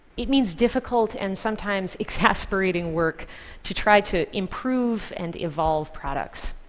it means difficult and sometimes exasperating work to try to improve and evolve products.